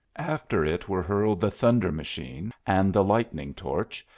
after it were hurled the thunder machine and the lightning torch,